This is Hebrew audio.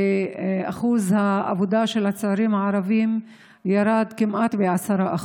ואחוז העבודה של הצעירים הערבים ירד כמעט ב-10%.